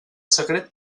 secret